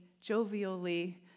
jovially